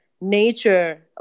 nature